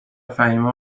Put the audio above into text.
فهیمه